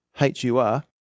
H-U-R